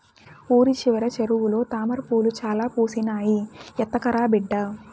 ఊరి చివర చెరువులో తామ్రపూలు చాలా పూసినాయి, ఎత్తకరా బిడ్డా